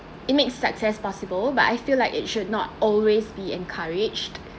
it makes success possible but I feel like it should not always be encouraged